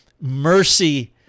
mercy